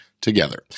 together